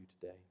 today